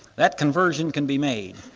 that conversion can be made.